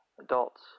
adults